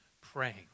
praying